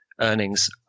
earnings